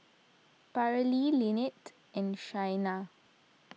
Paralee Linette and Shayna